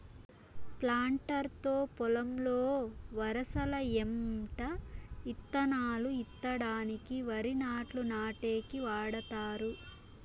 planter తో పొలంలో వరసల ఎంట ఇత్తనాలు ఇత్తడానికి, వరి నాట్లు నాటేకి వాడతారు